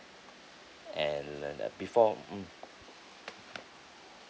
and uh before mm